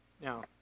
Now